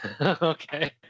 Okay